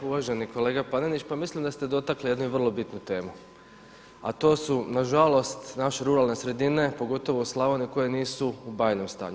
Uvaženi kolega Panenić pa mislim da ste dotakli jednu vrlo bitnu temu, a to su nažalost naše ruralne sredine pogotovo u Slavoniji koje nisu u bajnom stanju.